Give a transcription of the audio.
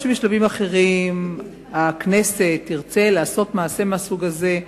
יכול להיות שבשלבים אחרים הכנסת תרצה לעשות מעשה מהסוג הזה,